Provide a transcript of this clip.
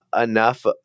enough